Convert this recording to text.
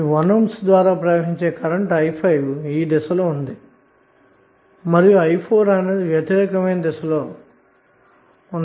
1 Ohm ద్వారా ప్రవహించే కరెంట్i5 ఈదిశలో ఉంది మరియుi4 వ్యతిరేక దిశలో ఉంది